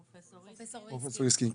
פרופסור ריסקין.